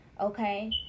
Okay